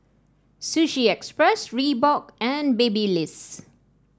Sushi Express Reebok and Babyliss